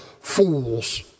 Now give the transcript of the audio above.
fools